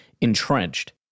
entrenched